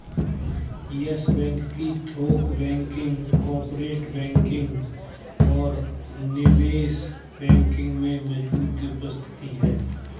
yes Bank की थोक banking, corporate banking और निवेश बैंकिंग में मजबूत उपस्थिति है